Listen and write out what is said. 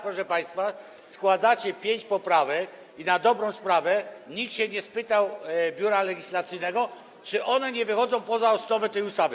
Proszę państwa, teraz składacie pięć poprawek i na dobrą sprawę nikt się nie spytał Biura Legislacyjnego, czy one nie wychodzą poza osnowę tej ustawy.